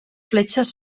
fletxes